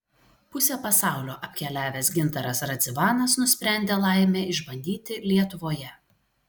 pusę pasaulio apkeliavęs gintaras radzivanas nusprendė laimę išbandyti lietuvoje